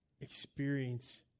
experience